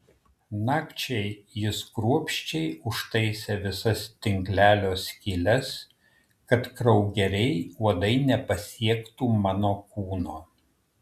nakčiai jis kruopščiai užtaisė visas tinklelio skyles kad kraugeriai uodai nepasiektų mano kūno